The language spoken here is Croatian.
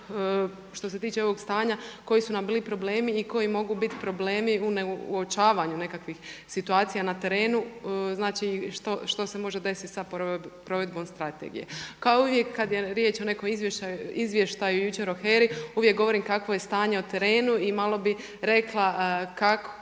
Što se tiče ovog stanja koji su nam bili problemi i koji mogu bit problemi u neuočavanju nekakvih situacija na terenu, znači što se može desit sa provedbom strategije. Kao i uvijek kada je riječ o nekom izvještaju jučer o HERA-i uvijek govorim kakvo je stanje na terenu i malo bih rekla kakva